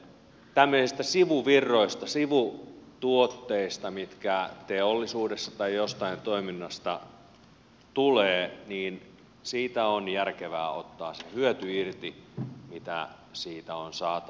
tämmöisistä sivuvirroista sivutuotteista mitkä teollisuudesta tai jostain toiminnasta tulevat on järkevää ottaa se hyöty irti mitä niistä on saatavissa